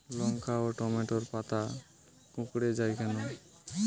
লঙ্কা ও টমেটোর পাতা কুঁকড়ে য়ায় কেন?